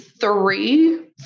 three